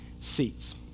seats